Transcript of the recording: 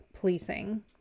policing